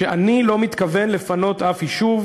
שאני לא מתכוון לפנות אף יישוב,